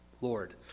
Lord